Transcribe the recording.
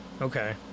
Okay